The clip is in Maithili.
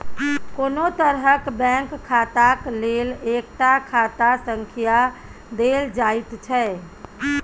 कोनो तरहक बैंक खाताक लेल एकटा खाता संख्या देल जाइत छै